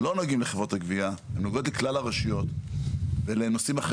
לקבוע כלל גורף שלא צריך אישור מסירה יפגע